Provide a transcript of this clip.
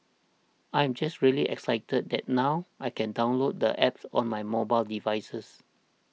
I am just really excited that now I can download the App on my mobile devices